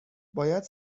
باید